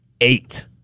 eight